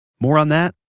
more on that,